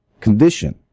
condition